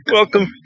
Welcome